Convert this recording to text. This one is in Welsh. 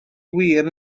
wir